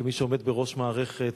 כמי שעומד בראש מערכת,